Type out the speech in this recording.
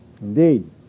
Indeed